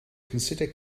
consider